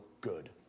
good